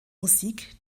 musik